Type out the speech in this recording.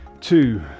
two